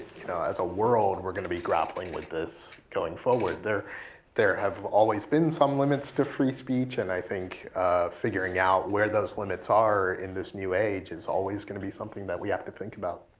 you know world, we're gonna be grappling with this going forward. there there have always been some limits to free speech. and i think figuring out where those limits are in this new age, is always gonna be something that we have to think about.